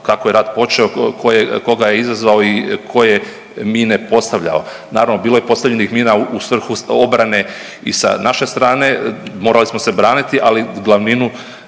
kako je rat počeo, tko je koga izazvao i tko je mine postavljao. Naravno bilo je i postavljenih mina u svrhu obrane i sa naše strane, morali smo se braniti, ali glavninu